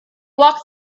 walk